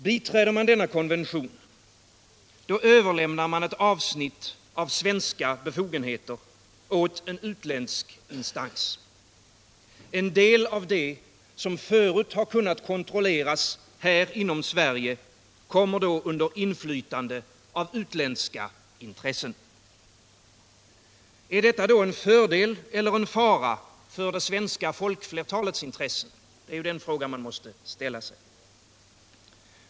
Biträder man denna konvention överlämnar man ett avsnitt av svenska befogenheter åt en utländsk instans. En del av det som förut kunnat kontrolleras inom Sverige kommer då under inflytande av utländska intressen. Är detta då en fördel eller en fara för det svenska folkflertalets intressen? Det är den frågan man måste ställa sig.